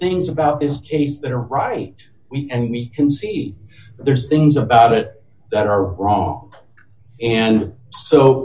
things about this case that are right and we can see there's things about it that are wrong and so